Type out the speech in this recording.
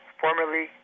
formerly